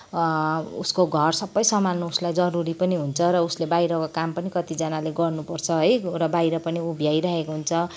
उसको घर सबै सम्हाल्नु उसलाई जरुरी पनि हुन्छ र उसले बाहिरको काम पनि कतिजनाले है र बाहिर पनि ऊ भ्याइरहेको हुन्छ